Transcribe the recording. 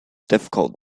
difficult